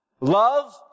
Love